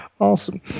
Awesome